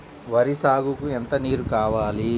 వరి సాగుకు ఎంత నీరు కావాలి?